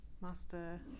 Master